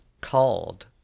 called